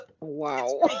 wow